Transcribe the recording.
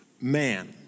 man